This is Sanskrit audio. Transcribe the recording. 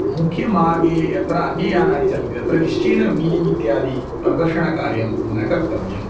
मुख्यमार्गे यत्र अन्ययानानि चलन्ति तत्र निश्चयेन वीलिङ्ग् इत्यादि प्रदर्शनकार्यं न कर्तव्यम्